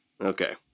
Okay